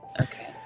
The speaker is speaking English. Okay